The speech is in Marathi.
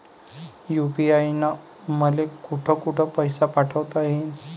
यू.पी.आय न मले कोठ कोठ पैसे पाठवता येईन?